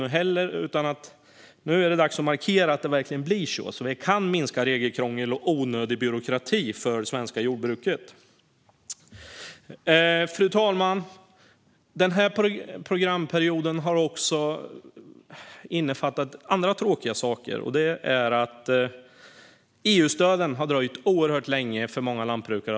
Nu är det dags att markera att det verkligen blir så, så att vi kan minska regelkrångel och onödig byråkrati för det svenska jordbruket. Fru talman! Denna programperiod har också innefattat andra tråkiga saker: EU-stöden har tagit oerhört lång tid att få ut för många lantbrukare.